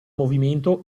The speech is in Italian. movimento